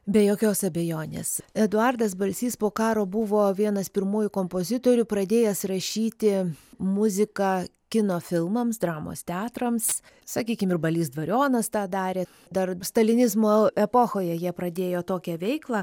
be jokios abejonės eduardas balsys po karo buvo vienas pirmųjų kompozitorių pradėjęs rašyti muziką kino filmams dramos teatrams sakykim ir balys dvarionas tą darė dar stalinizmo epochoje jie pradėjo tokią veiklą